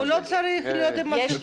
הוא לא צריך להיות עם מסכה.